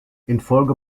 infolge